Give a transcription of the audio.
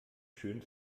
schön